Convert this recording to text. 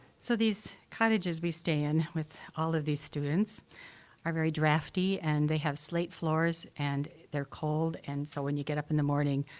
so, these cottages we stay in with all of these students are very drafty and they have slate floors and they're cold, and so when you get up in the morning,